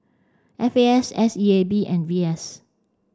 F A S S E A B and V S